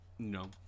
No